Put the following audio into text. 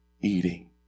eating